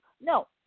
no